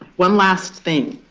one last thing.